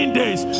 days